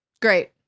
great